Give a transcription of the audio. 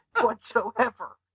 whatsoever